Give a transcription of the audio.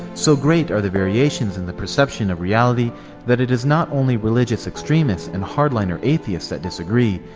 so great are the variations in the perception of reality that it is not only religious extremists and hardliner atheists that disagree,